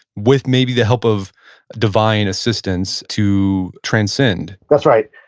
with maybe the help of divine assistance, to transcend that's right.